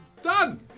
Done